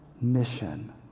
mission